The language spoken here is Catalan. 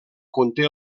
conté